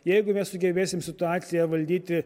jeigu mes sugebėsim situaciją valdyti